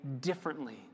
differently